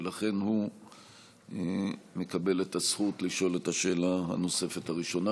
ולכן הוא מקבל את הזכות לשאול את השאלה הנוספת הראשונה.